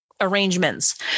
arrangements